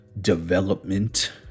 development